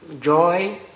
joy